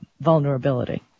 vulnerability